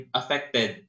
affected